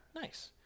Nice